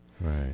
right